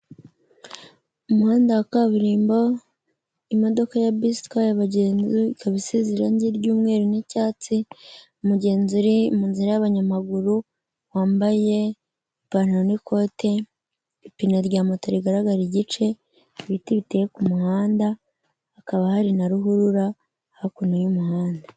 Umuhanda wa kaburimbo, imodoka ya bisi itwaye abagenzi, ikaba isa irangi ry'umweru n'icyatsi, umugenzi uri mu nzira y'abanyamaguru wambaye ipantaro n'ikote, ipine rya moto rigaragara igice, ibiti biteye ku muhanda, hakaba hari na ruhurura hakuno y'umuhanda.